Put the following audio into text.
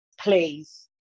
please